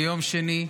ביום שני.